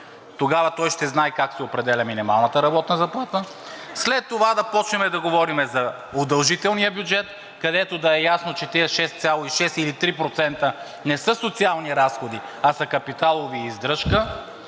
Тогава той ще знае как се определя минималната работна заплата. След това да започнем да говорим за удължителния бюджет, където да е ясно, че тези 6,6 или 3% не са социални разходи, а са капиталови и издръжка.